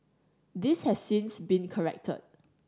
this has since been corrected